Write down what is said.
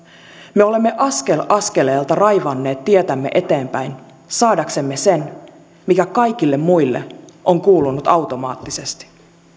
me olemme askel askeleelta raivanneet tietämme eteenpäin saadaksemme sen mikä kaikille muille on kuulunut automaattisesti